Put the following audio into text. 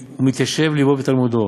ומתיישב לבו בתלמודו,